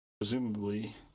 presumably